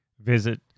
visit